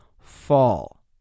fall